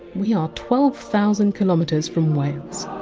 we are twelve thousand km um but from wales.